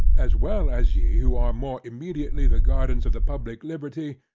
as well as ye, who, are more immediately the guardians of the public liberty,